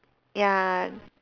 ya